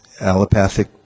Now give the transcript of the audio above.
allopathic